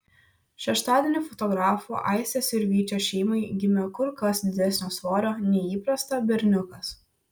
šeštadienį fotografų aistės ir vyčio šeimai gimė kur kas didesnio svorio nei įprasta berniukas